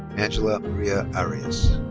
angela maria arias.